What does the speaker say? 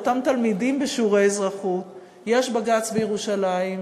לאותם תלמידים בשיעורי אזרחות: יש בג"ץ בירושלים,